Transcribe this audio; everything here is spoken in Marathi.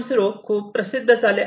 0 खूप प्रसिद्ध झाले आहे